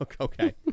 Okay